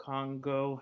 Congo